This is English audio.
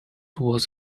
was